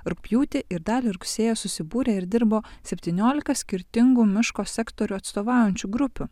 rugpjūtį ir dalį rugsėjo susibūrė ir dirbo septyniolika skirtingų miško sektorių atstovaujančių grupių